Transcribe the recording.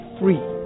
free